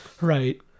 right